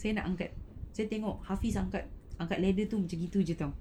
saya nak angkat saya tengok hafiz angkat angkat ladder tu macam gitu jer [tau]